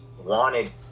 wanted